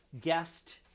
guest